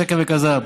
שקר וכזב.